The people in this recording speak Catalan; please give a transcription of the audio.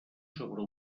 sobre